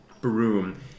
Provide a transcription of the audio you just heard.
broom